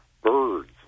birds